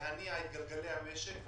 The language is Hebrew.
אנחנו רוצים להניע את גלגלי המשק,